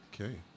Okay